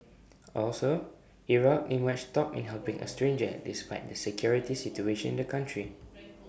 also Iraq emerged top in helping A stranger despite the security situation in the country